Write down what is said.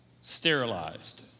sterilized